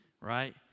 Right